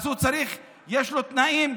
יש לו תנאים,